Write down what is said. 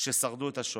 ששרדו את השואה.